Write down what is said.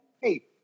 hey